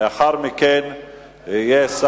לאחר מכן יהיה,